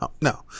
no